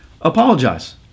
Apologize